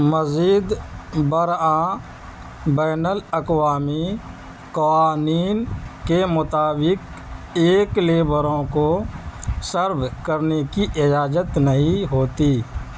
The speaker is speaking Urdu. مزید برآں بین الاقوامی قوانین کے مطابق ایک لیبروں کو سرو کرنے کی اجازت نہیں ہوتی